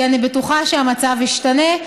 כי אני בטוחה שהמצב ישתנה.